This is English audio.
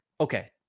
okay